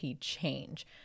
change